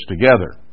together